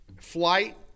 flight